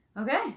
Okay